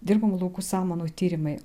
dirbamų laukų samanų tyrimai